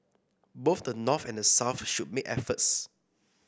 both the North and the South should make efforts